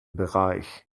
bereich